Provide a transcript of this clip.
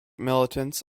militants